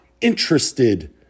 interested